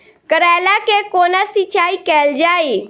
करैला केँ कोना सिचाई कैल जाइ?